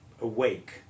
awake